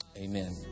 Amen